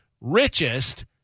richest